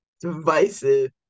Divisive